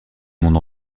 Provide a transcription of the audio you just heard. monde